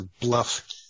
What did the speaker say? Bluff